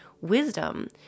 wisdom